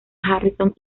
harrison